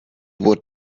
would